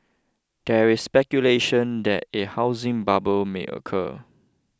there is speculation that a housing bubble may occur